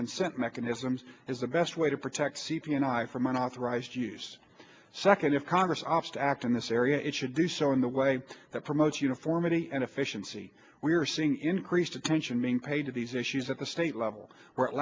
consent mechanisms is the best way to protect c p and from an authorized use second if congress obst act in this area it should do so in the way that promotes uniformity and efficiency we are seeing increased attention being paid to these issues at the state level where at